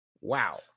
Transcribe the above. Wow